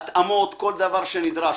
ההתאמות, כל דבר שנדרש.